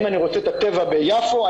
אם אני רוצה את הטבע ביפו,